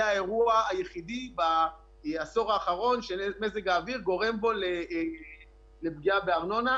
האירוע היחיד בעשור האחרון שמזג האוויר גורם בו לפגיעה בארנונה.